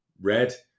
red